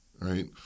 right